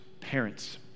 parents